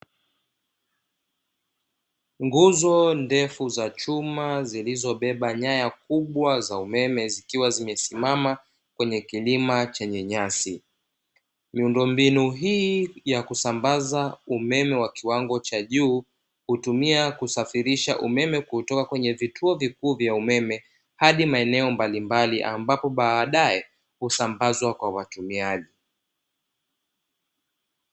Nguzo ndefu za chuma zilizobeba nyaya kubwa za umeme zikiwa zimesimama kwenye kilima chenye nyasi, miundombinu hii ya kusambaza umeme wa kiwango cha juu, hutumia kusafirisha umeme kutoka kwenye vituo vikuu vya umeme, hadi maeneo mbalimbali, ambapo baadaye husambazwa kwa watumiaji.